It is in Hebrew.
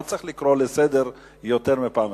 לא צריך לקרוא לסדר יותר מפעם אחת.